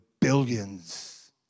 billions